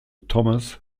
thomas